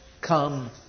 come